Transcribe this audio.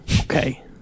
okay